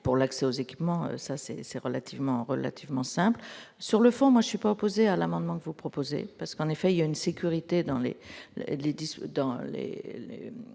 pour l'accès aux équipements ça c'est c'est relativement, relativement simple sur le fond, moi je suis pas opposé à l'amendement que vous proposez parce qu'en effet il y a une sécurité dans les